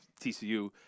TCU